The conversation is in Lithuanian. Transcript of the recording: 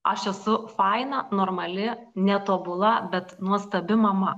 aš esu faina normali netobula bet nuostabi mama